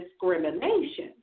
discrimination